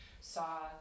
saw